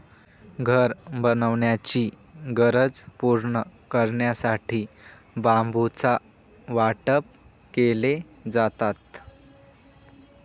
घर बनवण्याची गरज पूर्ण करण्यासाठी बांबूचं वाटप केले जातात